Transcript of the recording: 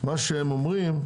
שהם אומרים,